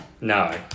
No